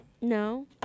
No